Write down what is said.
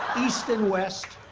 east and west.